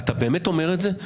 אתה באמת אומר את זה?